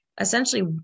essentially